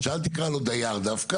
כשדיברתי איתך שאל תקרא לו דייר דווקא,